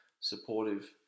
supportive